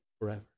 forever